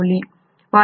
ಕಾಯಿಲ್E